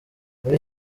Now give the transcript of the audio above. muri